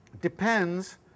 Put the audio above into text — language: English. depends